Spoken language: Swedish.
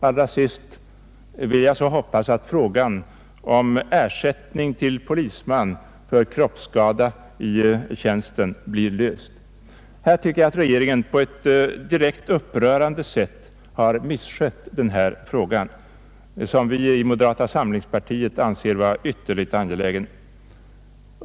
Allra sist vill jag framföra den förhoppningen att frågan om ersättning till polisman för kroppsskada i samband med tjänsten kommer att lösas. Regeringen har på ett direkt upprörande sätt misskött denna fråga, som vi i moderata samlingspartiet anser ytterst angelägen.